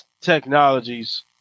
technologies